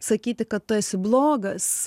sakyti kad tu esi blogas